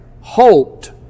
hoped